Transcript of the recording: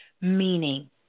meaning